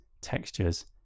textures